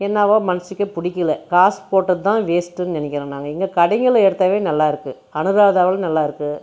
என்னாவோ மனசுக்கே பிடிக்கல காசு போட்டதுதான் வேஸ்ட்டுன்னு நினைக்கிறோம் நாங்கள் இங்கே கடைங்களில் எடுத்தாவே நல்லா இருக்குது அனுராதவில் நல்லா இருக்குது